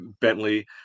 Bentley